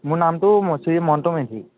মোৰ নামটো ম শ্ৰী মণ্টু মেধি